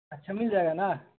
اچھا مل جائے گا نا